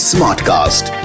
Smartcast